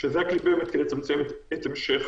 אני מסכים.